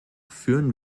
führen